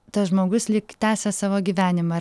tas žmogus lyg tęsia savo gyvenimą